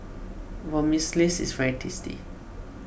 Vermicelli is very tasty